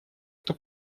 кто